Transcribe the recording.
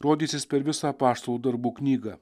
rodysis per visą apaštalų darbų knygą